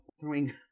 throwing